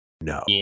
No